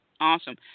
Awesome